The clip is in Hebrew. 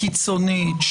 קיצונית,